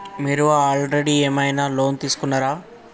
మీరు ఆల్రెడీ ఏమైనా లోన్ తీసుకున్నారా?